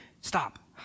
stop